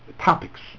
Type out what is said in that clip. topics